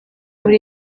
muri